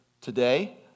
today